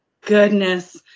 goodness